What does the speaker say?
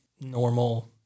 normal